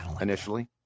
initially